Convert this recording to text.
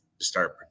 Start